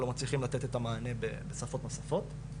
לא מצליחים לתת את המענה בשפות נוספות.